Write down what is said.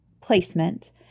placement